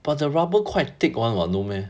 but the rubber quite thick [one] [what] no meh